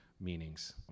meanings